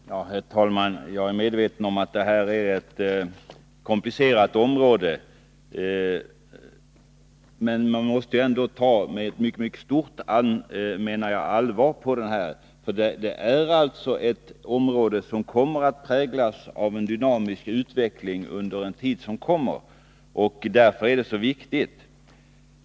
Herr talman! Jag är medveten om att det här är ett komplicerat område, men man måste ta detta på mycket stort allvar. Det är alltså ett område som kommer att präglas av en dynamisk utveckling i framtiden. Därför är det så viktigt.